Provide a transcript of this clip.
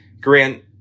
grant